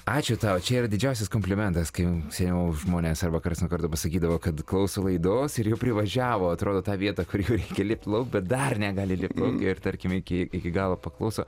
ačiū tau čia yra didžiausias komplimentas kai seniau žmonės arba karts nuo karto pasakydavo kad klauso laidos ir jau privažiavo atrodo tą vietą kur jų reikia lipt lauk bet dar negali lipti ir tarkim iki galo paklauso